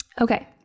okay